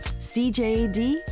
CJD